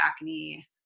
acne